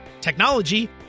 technology